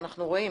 אנחנו רואים.